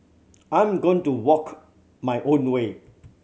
I am going to walk my own way